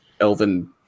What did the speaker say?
elven